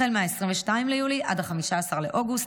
החל מ-22 ליולי עד 15 באוגוסט.